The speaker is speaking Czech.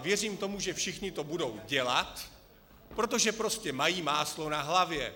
Věřím tomu, že všichni to budou dělat, protože prostě mají máslo na hlavě.